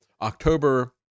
October